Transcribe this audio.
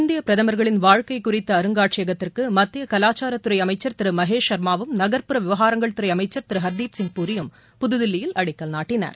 இந்திய பிரதமா்களின் வாழ்க்கை குறித்த அருங்காட்சியகத்திற்கு மத்திய கலாச்சாரத்துறை அமைச்சா் திரு மகேஷ் சன்மாவும் நகர்புற விவகாரங்கள் துறை அமைச்சன் திரு ஹர்தீப் சிங் பூரியும் புதுதில்லியில் அடிக்கல் நாட்டினர்